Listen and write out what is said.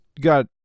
got